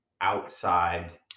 outside